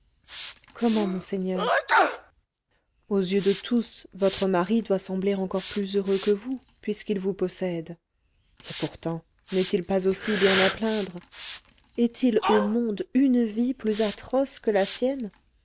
comment monseigneur aux yeux de tous votre mari doit sembler encore plus heureux que vous puisqu'il vous possède et pourtant n'est-il pas aussi bien à plaindre est-il au monde une vie plus atroce que la sienne